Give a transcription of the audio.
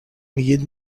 میگید